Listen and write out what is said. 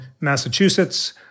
Massachusetts